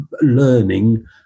learning